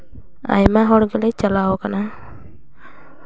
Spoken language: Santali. ᱟᱭᱢᱟ ᱦᱚᱲ ᱜᱮᱞᱮ ᱪᱟᱞᱟᱣ ᱠᱟᱱᱟ